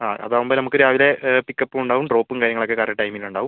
അ അതാകുമ്പം നമുക്ക് രാവിലെ പിക്അപ്പും ഉണ്ടാകും ഡ്രോപ്പും കാര്യങ്ങളുമൊക്കെ കറക്റ്റ് ടൈമിന് ഉണ്ടാകും